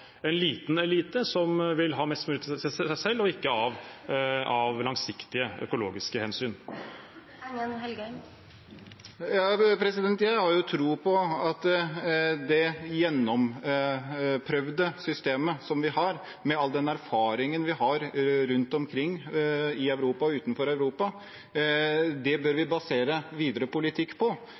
en liten elite som vil ha mest mulig til seg selv, og ikke av langsiktige økologiske hensyn. Jeg har tro på at det er det gjennomprøvde systemet som vi har, med all den erfaringen vi har rundt omkring i Europa og utenfor Europa, vi bør basere videre politikk på.